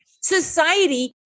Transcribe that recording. society